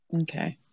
Okay